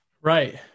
Right